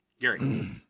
Gary